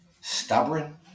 stubborn